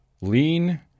lean